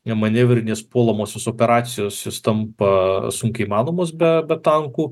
nemanevrinės puolamosios operacijos jos tampa sunkiai įmanomos be be tankų